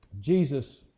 Jesus